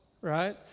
right